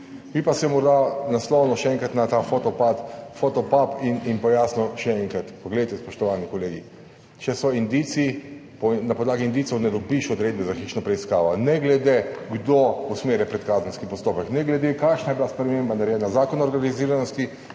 Bi pa se morda naslonil še enkrat na ta Fotopub in pojasnil še enkrat, poglejte, spoštovani kolegi, če so indici, na podlagi indicev ne dobiš odredbe za hišno preiskavo, ne glede kdo usmerja predkazenski postopek, ne glede kakšna je bila sprememba narejena. Zakon o organiziranosti,